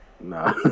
Nah